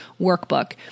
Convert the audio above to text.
workbook